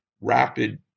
rapid